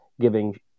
giving